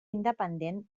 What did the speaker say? independents